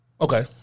Okay